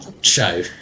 show